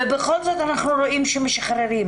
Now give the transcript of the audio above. ובכל זאת אנחנו רואים שמשחררים,